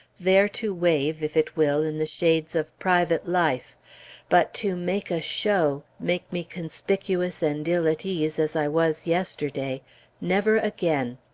there to wave, if it will, in the shades of private life but to make a show, make me conspicuous and ill at ease, as i was yesterday never again!